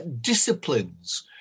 disciplines